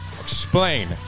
explain